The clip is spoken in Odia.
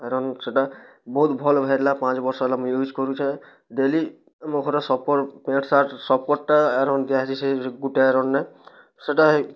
ଆଇରନ୍ ସେଇଟା ବହୁତ୍ ଭଲ୍ ହେଲା ପାଞ୍ଚ ବର୍ଷ ହେଲା ମୁଁ ୟୁଜ୍ କରୁଛି ଡେଲି ମୋର ପ୍ୟାଣ୍ଟ୍ ସାର୍ଟ ଆଇରନ୍ ଦିଆହେଇଛି ଗୁଟେ ଆଇରନ୍ରେ ସେଇଟା